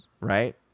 right